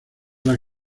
las